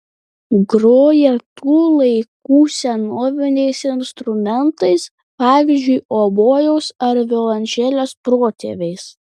groja tų laikų senoviniais instrumentais pavyzdžiui obojaus ar violončelės protėviais